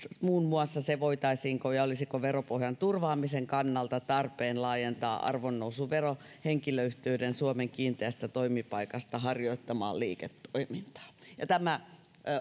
muun muassa se voitaisiinko ja olisiko veropohjan turvaamisen kannalta tarpeen laajentaa arvonnousuvero henkilöyhtiöiden suomen kiinteästä toimipaikasta harjoittamaan liiketoimintaan tämä